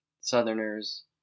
Southerners